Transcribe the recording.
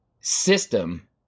system